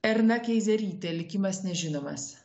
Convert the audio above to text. erna keizerytė likimas nežinomas